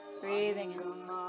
Breathing